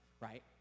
right